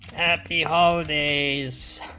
happy holidays